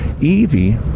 Evie